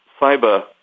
cyber